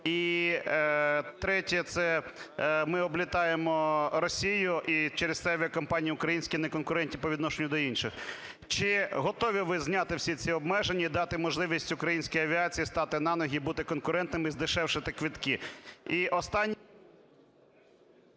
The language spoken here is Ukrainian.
І третє. Це ми облітаємо Росію, і через те авіакомпанії українські неконкурентні по відношенню до інших. Чи готові ви зняти всі ці обмеження і дати можливість українській авіації стати на ноги і бути конкурентними, здешевити квитки?